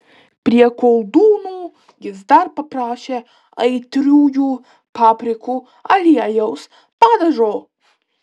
prie koldūnų jis dar paprašė aitriųjų paprikų aliejaus padažo